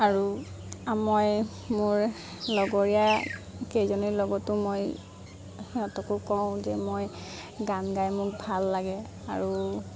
আৰু মই মোৰ লগৰীয়া কেইজনীৰ লগতো মই সিহঁতকো কওঁ দেই মই গান গাই মোক ভাল লাগে আৰু